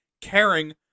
caring